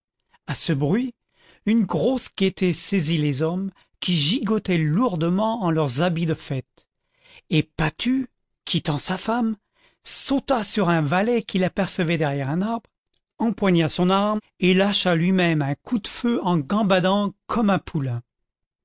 a ce bruit une grosse gaieté saisit les hommes qui gigottaient lourdement en leurs habits de fête et patu quittant sa femme sauta sur un valet qu'il apercevait derrière un arbre empoigna son arme et lâcha lui-même un coup de feu en gambadant comme un poulain